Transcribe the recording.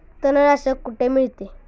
तणनाशक कुठे मिळते?